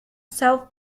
self